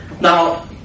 Now